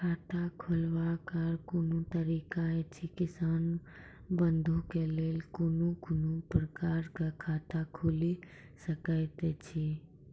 खाता खोलवाक आर कूनू तरीका ऐछि, किसान बंधु के लेल कून कून प्रकारक खाता खूलि सकैत ऐछि?